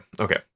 okay